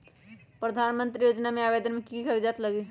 प्रधानमंत्री योजना में आवेदन मे की की कागज़ात लगी?